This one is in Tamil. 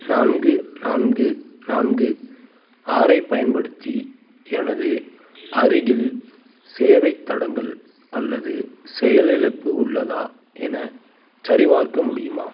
நான்கு நான்கு நான்கு ஆறு ஐப் பயன்படுத்தி எனது அருகில் சேவைத் தடங்கல் அல்லது செயலிழப்பு உள்ளதா என சரிபார்க்க முடியுமா